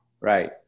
Right